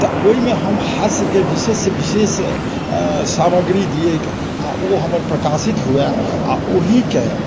तऽ ओहिमे हम हास्यके विशेष विशेष सामग्री दियैक आ ओ हमर प्रकाशित हुए आ ओहिके